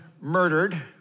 murdered